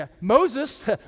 Moses